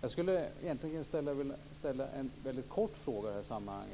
Jag skulle vilja ställa en mycket kort fråga i detta sammanhang.